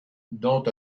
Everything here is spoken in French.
dont